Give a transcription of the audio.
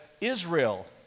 Israel